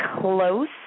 close